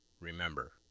Remember